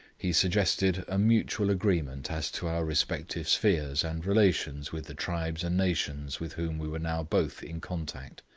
he suggested a mutual agreement as to our respective spheres and relations with the tribes and nations with whom we were now both in contact,